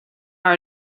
are